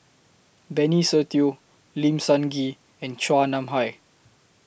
Benny Se Teo Lim Sun Gee and Chua Nam Hai